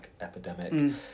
epidemic